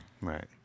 Right